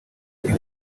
inkwi